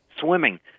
swimming